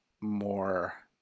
more